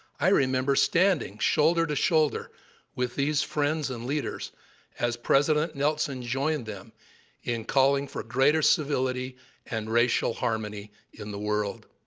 i remember standing shoulder to shoulder with these friends and leaders as president nelson joined them in calling for greater civility and racial harmony in the world.